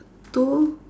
two